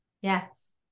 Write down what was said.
Yes